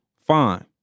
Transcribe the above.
Fine